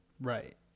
Right